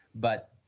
but,